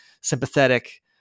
sympathetic